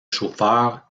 chauffeur